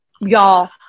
Y'all